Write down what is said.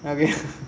well okay